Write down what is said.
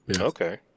okay